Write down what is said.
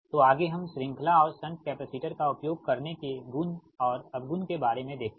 तोआगे हम श्रृंखला और शंट कैपेसिटर का उपयोग करने के गुण और अवगुण के बारे में देखेंगे